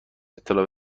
اطلاع